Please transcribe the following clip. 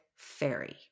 fairy